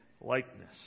likeness